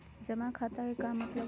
जमा खाता के का मतलब हई?